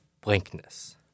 blankness